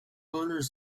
owners